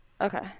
okay